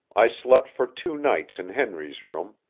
i slept for two nights in henry's room,